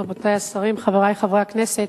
רבותי השרים, חברי חברי הכנסת,